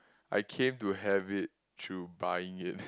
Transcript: I came to have it through buying it